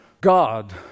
God